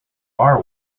are